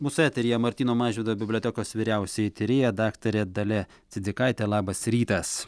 mūsų eteryje martyno mažvydo bibliotekos vyriausioji tyrėja daktarė dalia cidzikaitė labas rytas